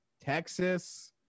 texas